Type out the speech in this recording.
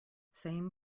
same